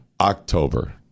October